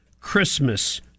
Christmas